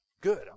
Good